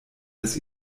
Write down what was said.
dass